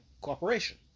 Cooperation